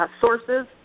sources